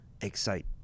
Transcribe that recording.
excite